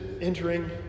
entering